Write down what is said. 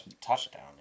Touchdown